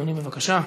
אדוני, בבקשה.